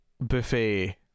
buffet